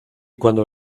cuando